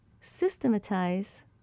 systematize